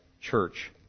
church